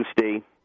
Tuesday